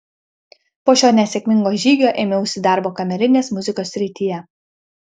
po šio nesėkmingo žygio ėmiausi darbo kamerinės muzikos srityje